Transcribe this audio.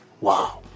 Wow